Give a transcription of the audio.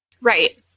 Right